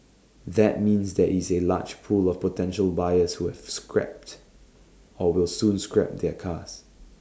that means there is A large pool of potential buyers who have scrapped or will soon scrap their cars